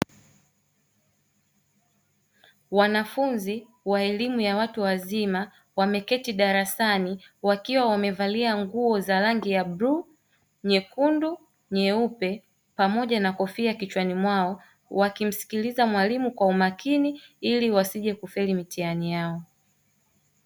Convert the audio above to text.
Wanafunzi wa elimu ya watu wazima wameketi darasani. Wakiwa wamevalia nguo za rangi ya bluu, nyekundu, nyeupe pamoja na kofia kichwani mwao wakimsikiliza mwalimu kwa umakini ili wasije kufeli mitihani yao.